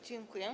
Dziękuję.